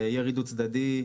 ירי דו-צדדי.